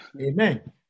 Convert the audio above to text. Amen